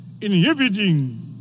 inhibiting